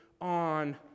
on